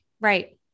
Right